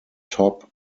top